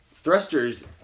thrusters